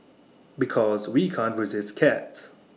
because we can't resist cats